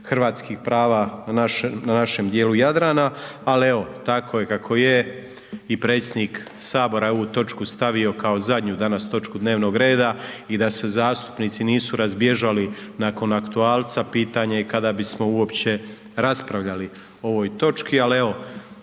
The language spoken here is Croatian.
hrvatskih prava na našem dijelu Jadrana, ali evo, tako je kako je i predsjednik HS je ovu točku stavio kao zadnju danas točku dnevnog reda i da se zastupnici nisu razbježali nakon aktualca, pitanje je kada bismo uopće raspravljali o ovoj točki, ali evo,